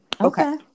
Okay